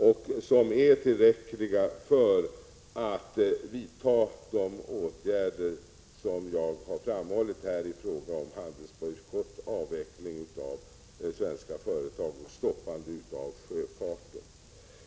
De är tillräckliga för att vidta de åtgärder som jag har framhållit i fråga om handelsbojkott, avveckling av svenska företag och stoppande av sjöfarten.